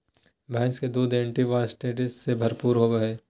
भैंस के दूध एंटीऑक्सीडेंट्स से भरपूर होबय हइ